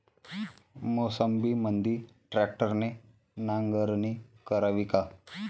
मोसंबीमंदी ट्रॅक्टरने नांगरणी करावी का?